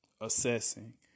assessing